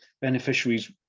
beneficiaries